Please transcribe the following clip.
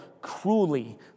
cruelly